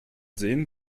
sehen